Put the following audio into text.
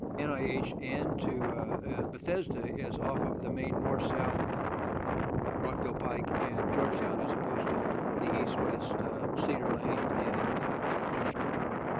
and and to bethesda is off of the main north-south rockville pike and georgetown as opposed to the east-west cedar lane and jones bridge road.